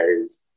guys